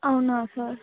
అవునా సార్